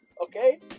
Okay